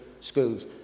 schools